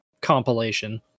compilation